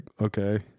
okay